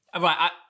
Right